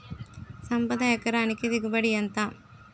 సంపద ఎకరానికి దిగుబడి ఎంత?